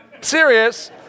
Serious